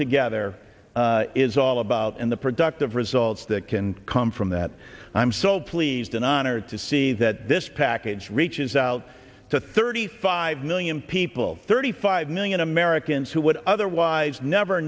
together is all about and the productive results that can come from that i'm so pleased and honored to see that this package reaches out to thirty five million people thirty five million americans who would otherwise never